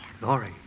Laurie